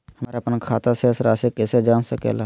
हमर अपन खाता के शेष रासि कैसे जान सके ला?